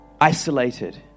isolated